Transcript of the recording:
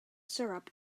syrup